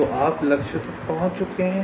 तो आप लक्ष्य तक पहुँच चुके हैं